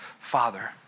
father